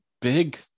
big